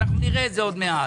אנחנו נראה את זה עוד מעט.